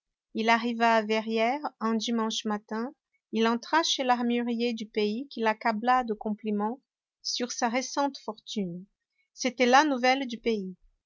il arriva à verrières un dimanche matin il entra chez l'armurier du pays qui l'accabla de compliments sur sa récente fortune c'était la nouvelle du pays